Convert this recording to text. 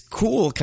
cool